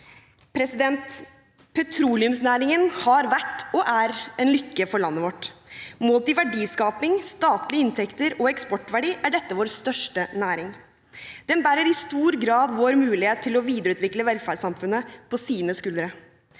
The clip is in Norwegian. Petroleumsnæringen har vært, og er, en lykke for landet vårt. Målt i verdiskaping, statlige inntekter og eksportverdi er dette vår største næring. Den bærer i stor grad vår mulighet til å videreutvikle velferdssamfunnet på sine skuldre.